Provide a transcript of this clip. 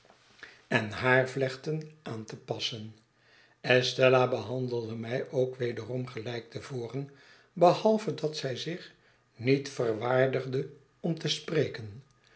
en haarvlechten aan to passen estella behandelde mij ook wederom gelijk te voren behalve dat zij zich niet verwaardigde om te spreken